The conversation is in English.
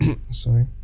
sorry